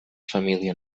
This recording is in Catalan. família